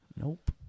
nope